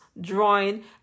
drawing